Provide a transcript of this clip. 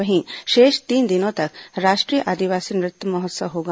वहीं शेष तीन दिनों तक राष्ट्रीय आदिवासी नृत्य महोत्सव होगा